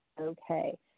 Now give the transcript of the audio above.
okay